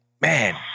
man